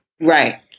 right